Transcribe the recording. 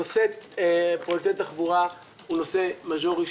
נושא פרויקטי תחבורה, הוא נושא מז'ורי.